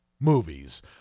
Movies